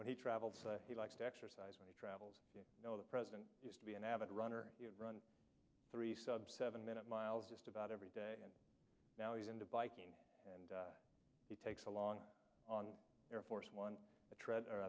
when he travels he likes to exercise when he travels you know the president used to be an avid runner run three sub seven minute miles just about every day and now he's into biking and he takes a long on air force one to trea